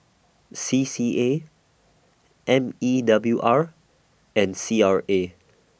C C A M E W R and C R A